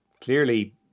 clearly